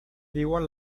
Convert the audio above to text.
diuen